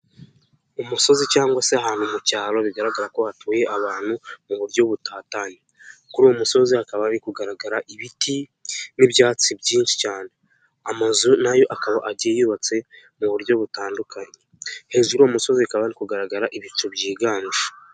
Umusozi cyangwa se ahantu mu cyaro bigaragara ko hatuye abantu muburyo butatanye, kuri uwo musozi hakaba hari kugaragara ibiti n'ibyatsi byinshi cyane, amazu nayo akaba agiye yubatse muburyo butandukanye, hejuru y'uwo musozi hakaba hari kugaragara ibicu byiganje.